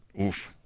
Oof